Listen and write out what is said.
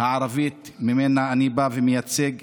הערבית שממנה אני בא ושאותה אני מייצג,